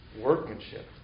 workmanship